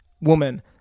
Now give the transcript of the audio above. Woman